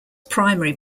primary